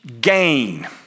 gain